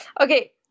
okay